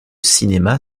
cinéma